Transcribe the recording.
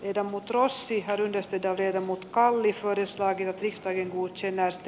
ida mutta siihen yhdistetään jermut kauniin soidessa irvistäen kuin selvästi